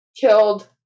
killed